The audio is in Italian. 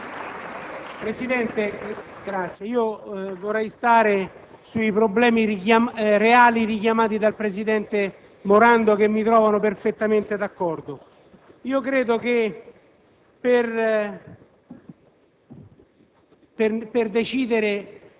Presidente, vorrei rimanere sui problemi reali richiamati dal presidente Morando che mi trovano perfettamente d'accordo. Credo che per